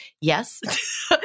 Yes